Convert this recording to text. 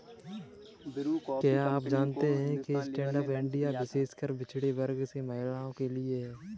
क्या आप जानते है स्टैंडअप इंडिया विशेषकर पिछड़े वर्ग और महिलाओं के लिए है?